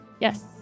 Yes